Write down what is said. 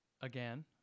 again